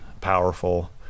powerful